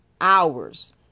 hours